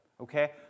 Okay